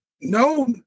no